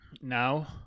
now